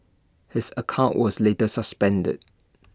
his account was later suspended